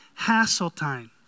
Hasseltine